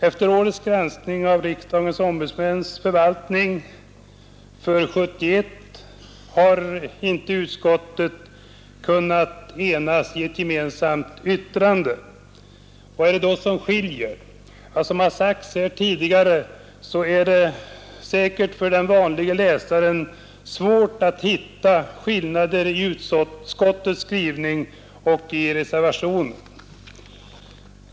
Efter årets granskning av riksdagens ombudsmäns förvaltning för 1971 har utskottet inte kunnat enas i ett gemensamt yttrande. Vad är det då som skiljer? Som sagts här tidigare är det säkert för den vanlige läsaren svårt att hitta skillnader mellan utskottets skrivning och reservationens.